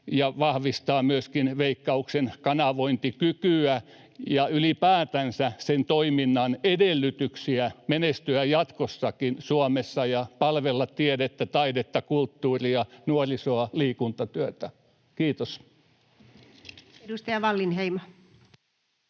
vahvistaa myöskin Veikkauksen kanavointikykyä ja ylipäätänsä sen toiminnan edellytyksiä menestyä jatkossakin Suomessa ja palvella tiedettä, taidetta, kulttuuria, nuorisoa ja liikuntatyötä. — Kiitos. Edustaja Wallinheimo.